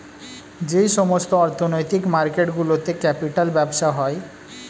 যেই সমস্ত অর্থনৈতিক মার্কেট গুলোতে ক্যাপিটাল ব্যবসা হয়